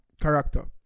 character